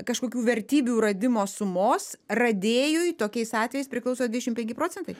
kažkokių vertybių radimo sumos radėjui tokiais atvejais priklauso dvidešimt penki procentai